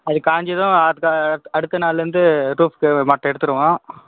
அது காஞ்சதும் அடுத்த அடுத்த நாள்லந்து ரூப்க்கு மரத்தை எடுத்துவிடுவோம்